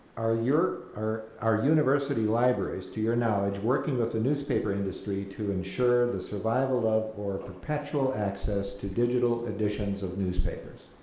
are your are are university libraries, to your knowledge, working with the newspaper industry to ensure the survival of or perpetual access to digital additions of newspapers?